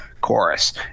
chorus